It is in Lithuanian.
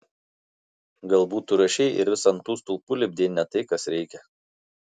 galbūt tu rašei ir vis ant tų stulpų lipdei ne tai kas reikia